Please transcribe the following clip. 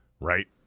right